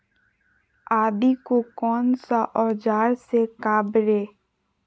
आदि को कौन सा औजार से काबरे?